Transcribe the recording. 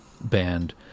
band